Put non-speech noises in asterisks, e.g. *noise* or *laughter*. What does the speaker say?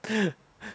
*laughs*